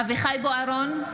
אביחי אברהם בוארון,